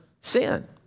sin